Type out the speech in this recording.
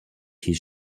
his